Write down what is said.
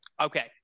Okay